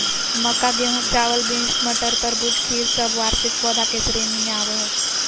मक्का, गेहूं, चावल, बींस, मटर, तरबूज, खीर सब वार्षिक पौधा के श्रेणी मे आवो हय